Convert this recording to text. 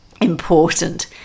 important